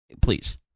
please